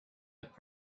had